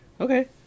Okay